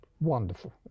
wonderful